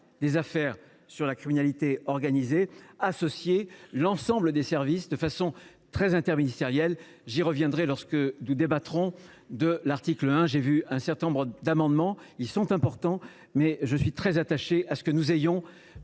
des affaires de criminalité organisée, associer l’ensemble des services de façon très interministérielle. J’y reviendrai lorsque nous débattrons de l’article 1, sur lequel un certain nombre d’amendements ont été déposés. Ils sont importants, mais je suis très attaché à ce que nous